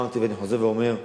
אמרתי ואני חוזר ואומר,